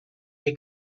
les